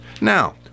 Now